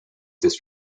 this